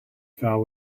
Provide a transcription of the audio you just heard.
fell